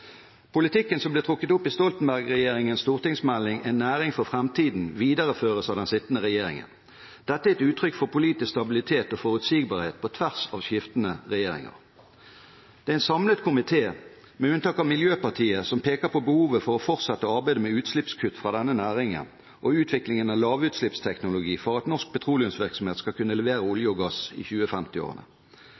Politikken som blir trukket opp i Stoltenberg-regjeringens stortingsmelding En næring for framtida, videreføres av den sittende regjeringen. Dette er et uttrykk for politisk stabilitet og forutsigbarhet på tvers av skiftende regjeringer. Det er en samlet komité, med unntak av Miljøpartiet De Grønne, som peker på behovet for å fortsette arbeidet med utslippskutt fra denne næringen og utviklingen av lavutslippsteknologi for at norsk petroleumsvirksomhet skal kunne levere olje og gass i